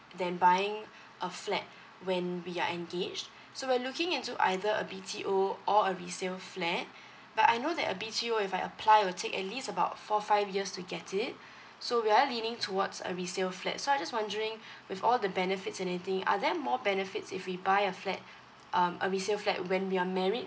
then buying a flat when we are engaged so we're looking into either a B_T_O or a resale flat but I know that a B_T_O if I apply will take at least about four five years to get it so we're leaning towards a resale flat so I just wondering with all the benefits anything are there more benefits if we buy a flat um a resale flat when we are married